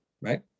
right